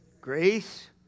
Grace